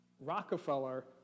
Rockefeller